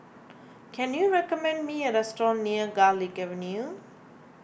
can you recommend me a restaurant near Garlick Avenue